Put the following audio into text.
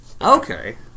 Okay